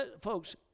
Folks